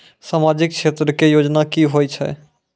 समाजिक क्षेत्र के योजना की होय छै?